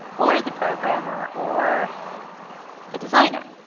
or the programmer or the designer